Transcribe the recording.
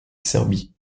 serbie